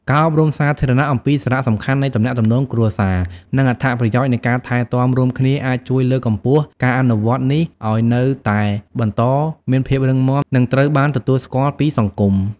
ការអប់រំសាធារណៈអំពីសារៈសំខាន់នៃទំនាក់ទំនងគ្រួសារ និងអត្ថប្រយោជន៍នៃការថែទាំរួមគ្នាអាចជួយលើកកម្ពស់ការអនុវត្តន៍នេះឱ្យនៅតែបន្តមានភាពរឹងមាំ និងត្រូវបានទទួលស្គាល់ពីសង្គម។